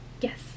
Yes